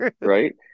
right